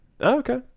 okay